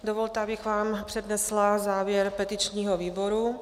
Dovolte, abych vám přednesla závěr petičního výboru.